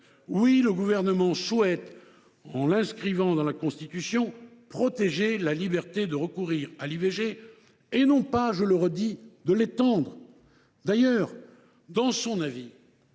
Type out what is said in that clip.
le Gouvernement souhaite, en l’inscrivant dans la Constitution, protéger la liberté de recourir à l’IVG, et non l’étendre. D’ailleurs, dans son avis,